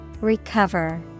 Recover